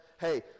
hey